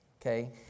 Okay